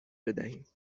بدهیم